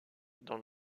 dans